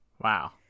Wow